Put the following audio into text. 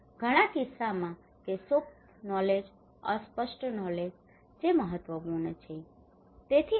ઘણા કિસ્સાઓ કે સુપ્ત નોલેજ અસ્પષ્ટ નોલેજ જે મહત્વપૂર્ણ છે